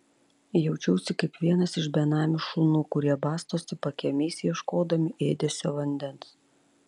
jaučiausi kaip vienas iš benamių šunų kurie bastosi pakiemiais ieškodami ėdesio vandens